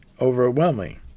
overwhelming